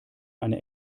eine